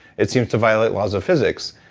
it seems to violate laws of physics.